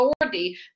authority